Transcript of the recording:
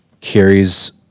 carries